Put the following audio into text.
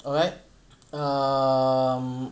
alright um